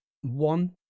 one